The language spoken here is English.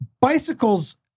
bicycles